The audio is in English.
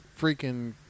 freaking